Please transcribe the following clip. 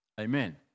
Amen